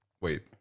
wait